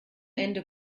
ende